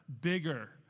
bigger